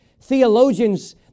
theologians